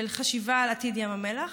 של חשיבה על עתיד ים המלח.